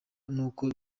nuko